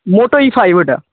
মোটো E five ওইটা